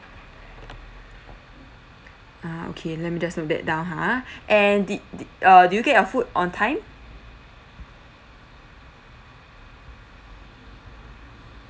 ah okay let me just note that down ha and did did uh do you get your food on time